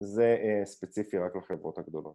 ‫זה ספציפי רק לחברות הגדולות.